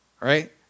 right